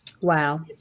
Wow